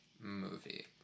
movie